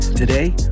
Today